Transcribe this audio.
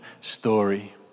story